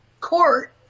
court